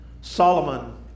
Solomon